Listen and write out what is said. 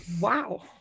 Wow